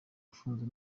afunzwe